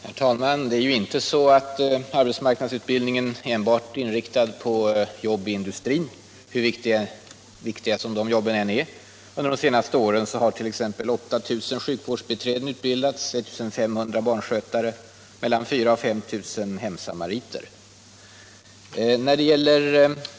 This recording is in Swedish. Herr talman! Det är ju inte så att arbetsmarknadsutbildningen är inriktad enbart på jobb i industrin, hur viktiga de än är. De senaste åren har t.ex. 8000 sjukvårdsbiträden, 1500 barnskötare och 4 000-5 000 hemsamariter utbildats.